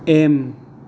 M